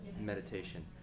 meditation